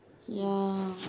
ya